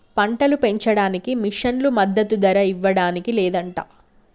పంటలు పెంచడానికి మిషన్లు మద్దదు ధర ఇవ్వడానికి లేదంట